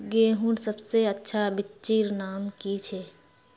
गेहूँर सबसे अच्छा बिच्चीर नाम की छे?